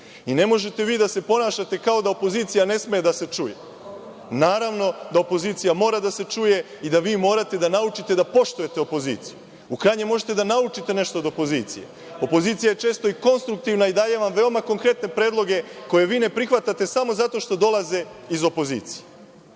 i ne možete vi da se ponašate kao da opozicija ne sme da se čuje. Naravno, da opozicija mora da se čuje i da vi morate da naučite da poštujete opoziciju, u krajnjem možete da naučite nešto od opozicije. Opozicija je često i konstruktivna i daje vam veoma konkretne predloge koje vi ne prihvatate samo zato što dolaze iz opozicije.